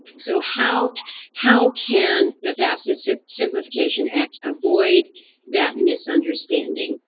so, how how can the fafsa so simplification act avoid that misunderstanding?